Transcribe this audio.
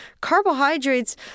carbohydrates –